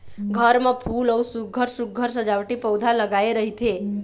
घर म फूल अउ सुग्घर सुघ्घर सजावटी पउधा लगाए रहिथे